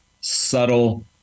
subtle